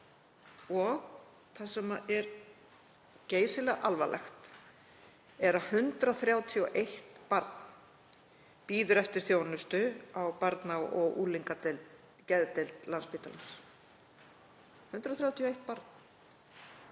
og það sem er geysilega alvarlegt er að 131 barn bíður eftir þjónustu á barna- og unglingageðdeild Landspítalans. Við verðum